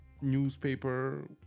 newspaper